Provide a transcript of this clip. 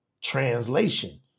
translation